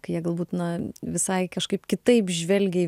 kai jie galbūt na visai kažkaip kitaip žvelgia į